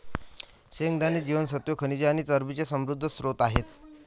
शेंगदाणे जीवनसत्त्वे, खनिजे आणि चरबीचे समृद्ध स्त्रोत आहेत